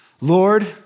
Lord